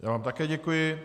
Já vám také děkuji.